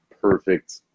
perfect